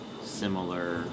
similar